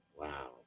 wow